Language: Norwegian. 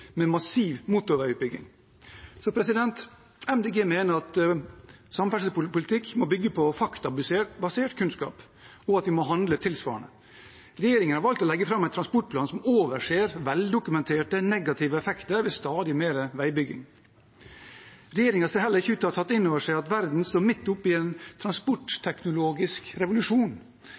med massiv motorveiutbygging? Miljøpartiet De Grønne mener at samferdselspolitikk må bygge på faktabasert kunnskap, og at vi må handle tilsvarende. Regjeringen har valgt å legge fram en transportplan som overser veldokumenterte negative effekter ved stadig mer veibygging. Regjeringen ser heller ikke ut til å ha tatt inn over seg at verden står midt oppe i en transportteknologisk revolusjon